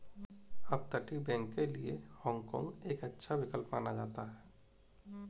अपतटीय बैंक के लिए हाँग काँग एक अच्छा विकल्प माना जाता है